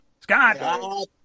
Scott